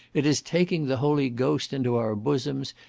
it is taking the holy ghost into our bosoms,